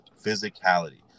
physicality